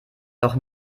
doch